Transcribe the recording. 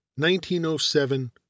1907